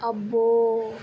అబ్బో